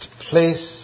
place